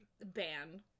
Ban